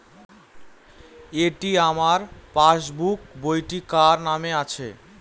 এটি আমার পাসবুক বইটি কার নামে আছে?